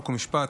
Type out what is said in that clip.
חוק ומשפט,